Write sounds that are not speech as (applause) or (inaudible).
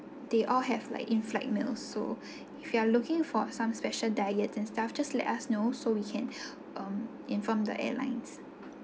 they all have like inflight meals so (breath) if you are looking for some special diets and stuff just let us know so we can (breath) um inform the airlines